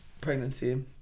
pregnancy